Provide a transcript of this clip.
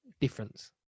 difference